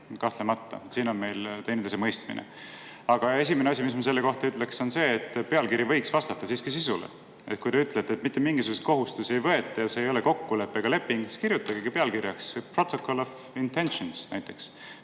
siin on meil teineteisemõistmine. Aga esimene asi, mis ma selle kohta ütlen, on see, et pealkiri võiks vastata sisule. Kui te ütlete, et mitte mingisuguseid kohustusi ei võeta ja see ei ole kokkulepe ega leping, siis kirjutage pealkirja näiteksprotocol of intentions,